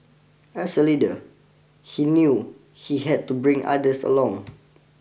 as a leader he knew he had to bring others along